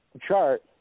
chart